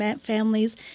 families